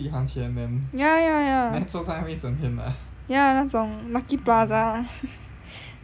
ya ya ya ya 那种 lucky plaza